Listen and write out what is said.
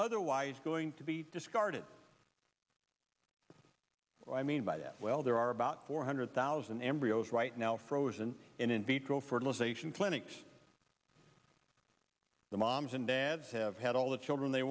otherwise going to be discarded i mean by that well there are about four hundred thousand embryos right now frozen in vitro fertilization clinics the moms and dads have had all the children they